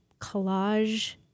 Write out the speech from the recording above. collage